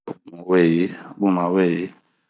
Mu weyi, bun ma weyi.